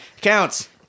Counts